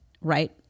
right